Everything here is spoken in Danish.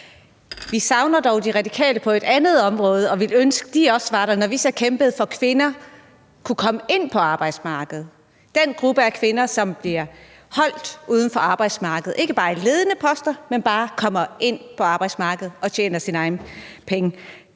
Vi savner dog De Radikale på et andet område og ville ønske, de også var der, når vi så kæmpede for, at kvinder kunne komme ind på arbejdsmarkedet, altså den gruppe af kvinder, som bliver holdt uden for arbejdsmarkedet, ikke bare i forhold til ledende poster, men i forhold til bare at komme ind på arbejdsmarkedet og tjene deres egne penge.